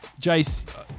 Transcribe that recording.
Jace